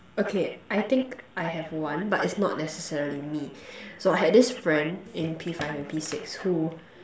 okay I think I have one but it's not necessarily me so I had this friend in P-five and P-six who